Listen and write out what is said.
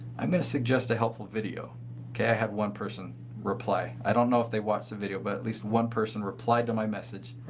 i'm going to suggest a helpful yeah have one person replied. i don't know if they watch the video but at least one person replied to my message. right.